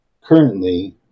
Currently